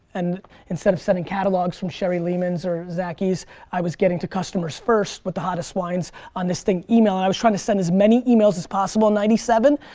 and instead of sending catalogs from sherry-lehmann's or zachys, i was getting to customers first with the hottest wines on this thing e-mail. and i was trying to send as many e-mails as possible in ninety seven,